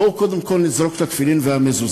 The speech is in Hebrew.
בואו קודם כול נזרוק את התפילין והמזוזה.